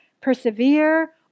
persevere